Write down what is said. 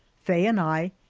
faye and i,